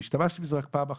והשתמשתי בזה רק פעם אחת,